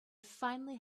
finally